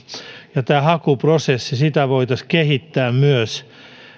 ja hakuprosessia voitaisiin kehittää myös